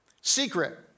secret